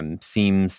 seems